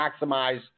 maximize